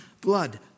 blood